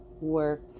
work